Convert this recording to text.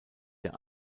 der